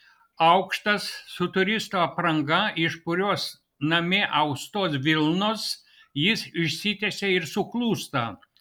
aukštas su turisto apranga iš purios namie austos vilnos jis išsitiesia ir suklūsta